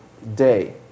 Day